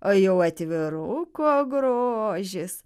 o jau atviruko grožis